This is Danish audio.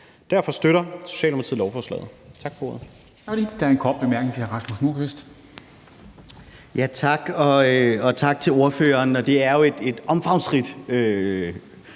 Derfor støtter Socialdemokratiet lovforslaget.